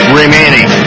remaining